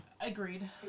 Agreed